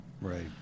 Right